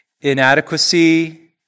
inadequacy